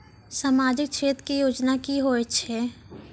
समाजिक क्षेत्र के योजना की होय छै?